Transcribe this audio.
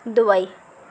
Dubai